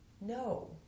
No